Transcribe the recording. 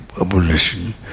abolition